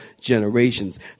generations